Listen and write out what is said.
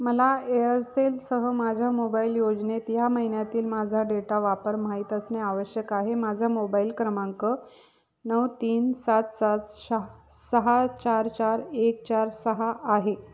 मला एअरसेलसह माझ्या मोबाईल योजनेत ह्या महिन्यातील माझा डेटा वापर माहीत असणे आवश्यक आहे माझा मोबाईल क्रमांक नऊ तीन सात सात शा सहा चार चार एक चार सहा आहे